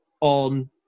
on